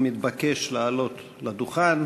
והוא מתבקש לעלות לדוכן.